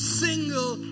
single